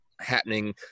happening